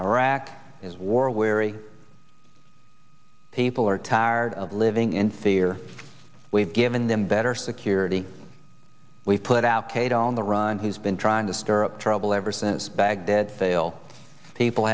iraq is war weary people are tired of living in fear we've given them better security we've put out kate on the run who's been trying to stir up trouble ever since baghdad fail people